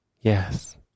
Yes